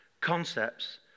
concepts